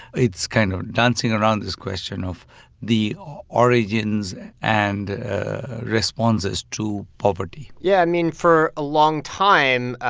it's kind of dancing around this question of the origins and responses to poverty yeah. i mean, for a long time,